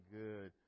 good